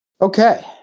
okay